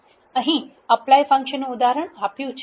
અહી apply function નું ઉદાહરણ આપ્યુ છે